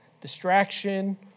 distraction